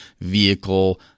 Vehicle